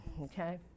okay